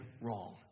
wrong